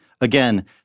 Again